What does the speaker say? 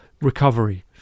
recovery